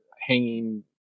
hanging